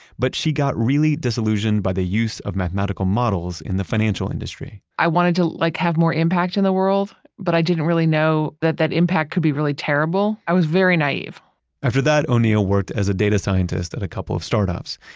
but she got really disillusioned by the use of mathematical models in the financial industry i wanted to like have more impact in the world, but i didn't really know that that impact could be really terrible. i was very naive after that, o'neil worked as a data scientist at a couple of startups.